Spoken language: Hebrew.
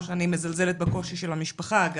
לא שאני מזלזלת בקושי של המשפחה אגב,